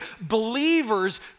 believers